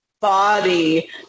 body